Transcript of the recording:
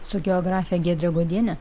su geografe giedre godiene